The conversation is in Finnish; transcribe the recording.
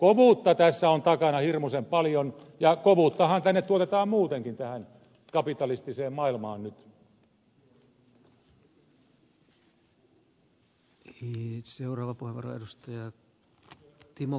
kovuutta tässä on takana hirmuisen paljon ja kovuuttahan tänne tuotetaan muutenkin tähän kapitalistiseen maailmaan nyt